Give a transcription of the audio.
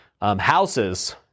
houses